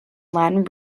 latin